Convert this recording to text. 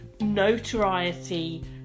notoriety